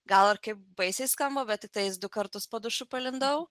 gal ir kaip baisiai skamba bet tik tais du kartus po dušu palindau